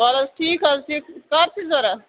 وَلہٕ حظ ٹھیٖک حظ چھِ کَر چھِ ضوٚرَتھ